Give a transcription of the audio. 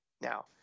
now